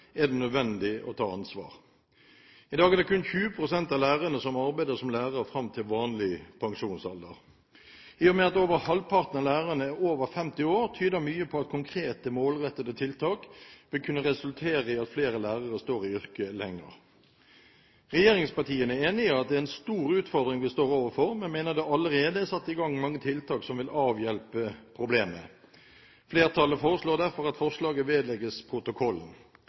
er det nødvendig å ta ansvar. I dag er det kun 20 pst. av lærerne som arbeider som lærer fram til vanlig pensjonsalder. I og med at over halvparten av lærerne er over 50 år, tyder mye på at konkrete målrettede tiltak vil kunne resultere i at flere lærere står lenger i yrket. Regjeringspartiene er enige i at det er en stor utfordring vi står overfor, men mener det allerede er satt i gang mange tiltak som vil avhjelpe problemet. Flertallet foreslår derfor at forslaget vedlegges protokollen.